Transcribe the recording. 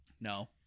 No